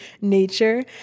nature